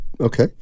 Okay